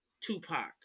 Tupac